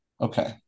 Okay